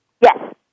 Yes